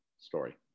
story